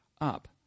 up